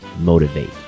motivate